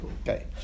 Okay